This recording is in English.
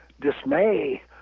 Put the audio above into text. dismay